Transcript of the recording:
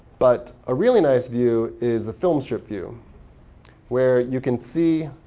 but a really nice view is the film strip view where you can see